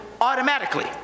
automatically